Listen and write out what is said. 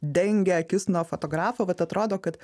dengia akis nuo fotografo bet atrodo kad